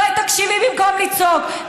אולי תקשיבי במקום לצעוק,